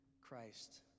Christ